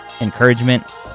encouragement